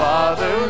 Father